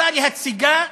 רצה להציגה